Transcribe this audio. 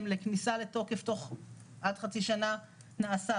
לכניסה לתוקף תוך עד חצי שנה - נעשה.